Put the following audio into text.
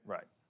Right